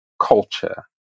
culture